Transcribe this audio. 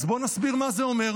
אז בוא נסביר מה זה אומר: